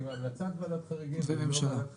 עם המלצת ועדת חריגים --- אוקיי,